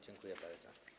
Dziękuję bardzo.